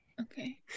okay